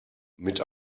mit